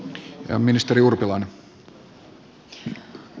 arvoisa puhemies